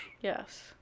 Yes